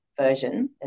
version